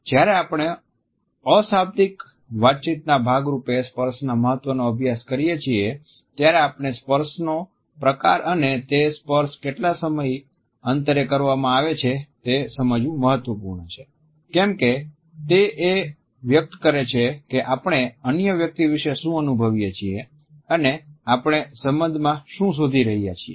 જ્યારે આપણે અશાબ્દિક વાતચીતના ભાગ રૂપે સ્પર્શના મહત્વનો અભ્યાસ કરીએ છીએ ત્યારે આપણે સ્પર્શનો પ્રકાર અને તે સ્પર્શ કેટલા સમય અંતરે કરવામાં આવે છે તે સમજવું મહત્વપૂર્ણ છે કેમ કે તે એ વ્યક્ત કરે છે કે આપણે અન્ય વ્યક્તિ વિશે શું અનુભવીએ છીએ અને આપણે સંબંધમાં શું શોધી રહ્યા છીએ